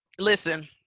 listen